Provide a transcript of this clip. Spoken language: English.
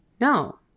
No